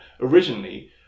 Originally